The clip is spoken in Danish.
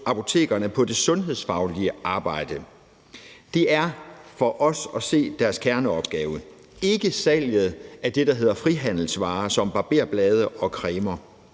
apotekerne på det sundhedsfaglige arbejde. Det er for os at se deres kerneopgave; det er ikke salget af det, der hedder frihandelsvarer som barberblade og cremer.